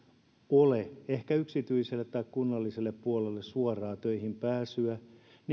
ole ehkä yksityiselle tai kunnalliselle puolelle suoraa töihinpääsyä